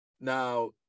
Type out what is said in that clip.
Now